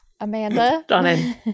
Amanda